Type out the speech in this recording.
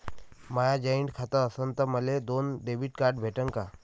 माय joint खातं असन तर मले दोन डेबिट कार्ड भेटन का?